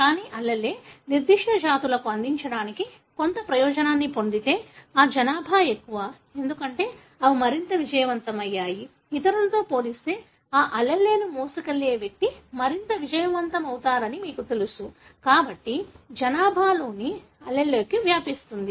కానీ allele నిర్దిష్ట జాతులకు అందించడానికి కొంత ప్రయోజనాన్ని పొందితే ఆ జనాభా ఎక్కువ ఎందుకంటే అవి మరింత విజయవంతమయ్యాయి ఇతరులతో పోలిస్తే ఆ allele ను మోసుకెళ్లే వ్యక్తి మరింత విజయవంతమవుతారని మీకు తెలుసు కాబట్టి జనాభాలో యుగ్మ వికల్పం వ్యాపిస్తుంది